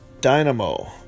dynamo